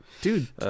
Dude